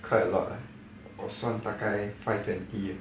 quite a lot ah 我算大概 five twenty ah